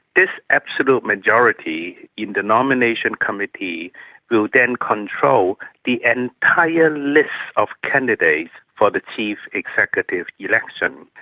this absolute majority in the nomination committee will then control the entire list of candidates for the chief executive election.